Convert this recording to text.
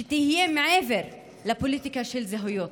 שתהיה מעבר לפוליטיקה של זהויות.